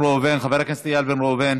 חבר הכנסת איל בן ראובן,